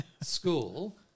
school